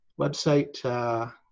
website